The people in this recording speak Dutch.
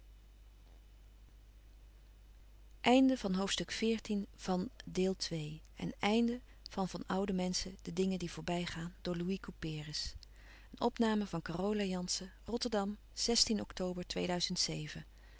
couperus van oude menschen de dingen die voorbij gaan ste deel van van oude